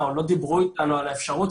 מבין בעניין הזה.